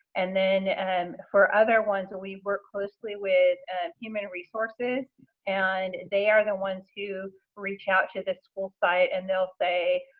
and then and for other ones we work closely with human resources and they are the ones who reach out to the school site and they'll say,